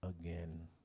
again